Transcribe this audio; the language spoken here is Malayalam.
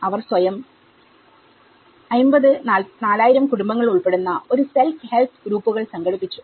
അവർ സ്വയം 50 4000 കുടുംബങ്ങൾ ഉൾപ്പെടുന്ന ഒരു സെൽഫ് ഹെല്പ് ഗ്രൂപ്പുകൾ സംഘടിപ്പിച്ചു